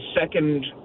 second